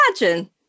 imagine